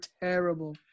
terrible